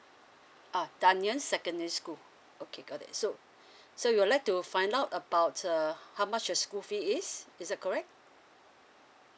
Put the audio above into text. uh dunman secondary school okay got it so so you would like to find out about uh how much uh school fee is is that correct